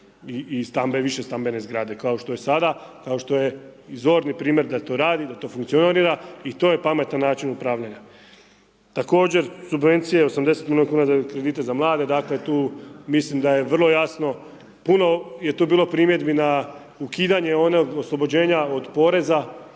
i višestambene zgrade kao što je sada, kao što je i zorni primjer da to radi, da to funkcionira i to je pametan način upravljanja. Također, subvencija je 80 miliona …/nerazumljivo/… kredita za mlade dakle tu mislim da je vrlo jasno, puno je tu bilo primjedbi na ukidanje onog oslobođenja od poreza